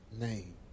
name